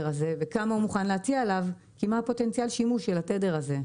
הזה וכמה הוא מוכן להציע עליו בהתאם לפוטנציאל השימוש של התדר הזה.